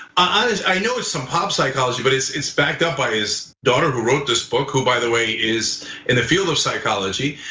ah i know it's some pop psychology, but it's it's backed up by his daughter who wrote this book who, by the way, is in the field of psychology.